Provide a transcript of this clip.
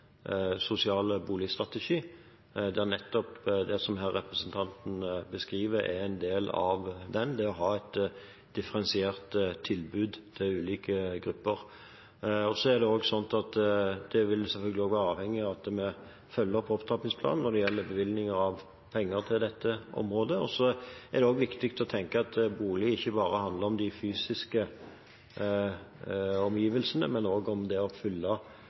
det å ha et differensiert tilbud til ulike grupper. Det vil selvfølgelig også være avhengig av at vi følger opp Opptrappingsplanen når det gjelder bevilgning av penger til dette området. Det er også viktig å tenke på at bolig ikke bare handler om de fysiske omgivelsene, men også om det å